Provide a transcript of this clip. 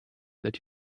that